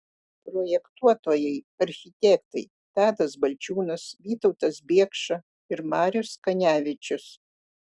projektuotojai architektai tadas balčiūnas vytautas biekša ir marius kanevičius